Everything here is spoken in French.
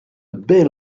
bel